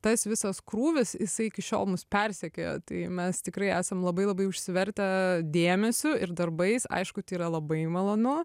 tas visas krūvis jisai iki šiol mus persekioja tai mes tikrai esam labai labai užsivertę dėmesiu ir darbais aišku tai yra labai malonu